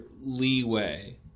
leeway